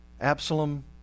Absalom